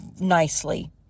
nicely